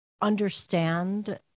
understand